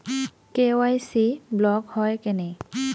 KYC block হয় কেনে?